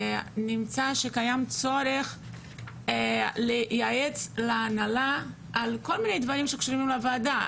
נמצא שקיים צורך לייעץ להנהלה על כל מיני דברים שקשורים לוועדה,